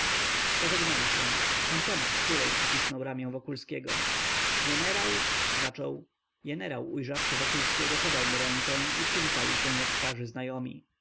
pożegnali się pan tomasz czulej przycisnął ramię wokulskiego jenerał zaczął jenerał ujrzawszy wokulskiego podał mu rękę i przywitali się jak starzy znajomi